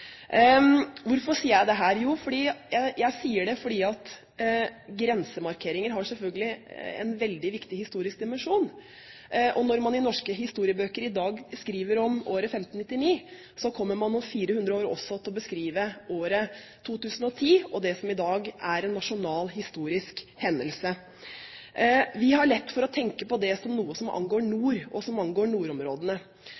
Hvorfor sier jeg dette? Jo, jeg sier det fordi grensemarkeringer selvfølgelig har en veldig viktig historisk dimensjon. Og som man i norske historiebøker i dag skriver om året 1599, så kommer man om 400 år også til å beskrive året 2010 og det som i dag er en nasjonal, historisk hendelse. Vi har lett for å tenke på det som noe som angår